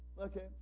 Okay